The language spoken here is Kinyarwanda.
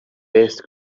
best